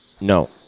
no